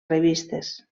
revistes